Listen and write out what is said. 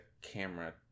camera